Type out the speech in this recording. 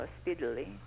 speedily